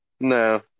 No